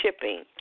shipping